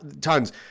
tons